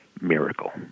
Miracle